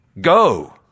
go